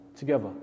together